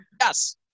Yes